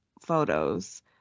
photos